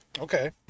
Okay